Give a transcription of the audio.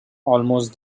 almost